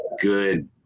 good